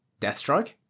Deathstroke